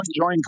join